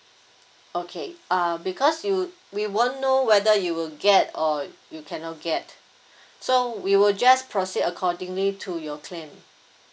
okay err because you we won't know whether you will get or you cannot get so we will just proceed accordingly to your claim